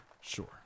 Sure